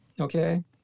Okay